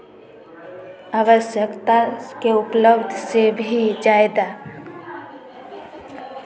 आवश्यकता के उपलक्ष्य से भी ज़्यादा